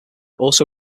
also